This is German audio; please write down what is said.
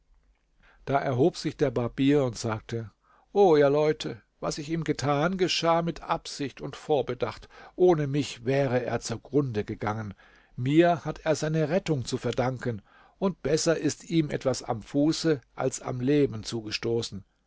da erhob sich der barbier und sagte o ihr leute was ich ihm getan geschah mit absicht und vorbedacht ohne mich wäre er zugrunde gegangen mir hat er seine rettung zu verdanken und besser ist ihm etwas am fuße als am leben zugestoßen